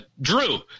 Drew